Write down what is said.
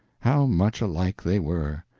how much alike they were!